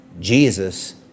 Jesus